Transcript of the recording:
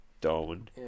darwin